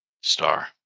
Star